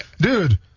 Dude